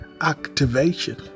activation